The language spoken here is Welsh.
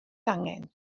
angen